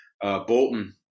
Bolton